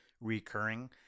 recurring